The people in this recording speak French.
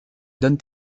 donnent